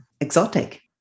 exotic